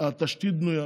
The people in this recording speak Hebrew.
התשתית בנויה,